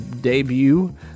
debut